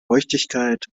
feuchtigkeit